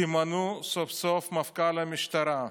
תמנו סוף-סוף מפכ"ל למשטרה,